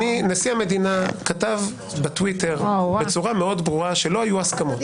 נשיא המדינה כתב בטוויטר בצורה מאוד ברורה שלא היו הסכמות.